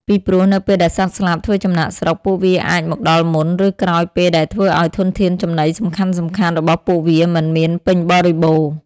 ពីព្រោះនៅពេលដែលសត្វស្លាបធ្វើចំណាកស្រុក ពួកវាអាចមកដល់មុន ឬក្រោយពេលដែលធ្វើអោយធនធានចំណីសំខាន់ៗរបស់ពួកវាមិនមានពេញបរិបូរណ៍។